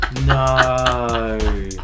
No